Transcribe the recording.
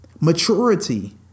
Maturity